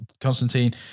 Constantine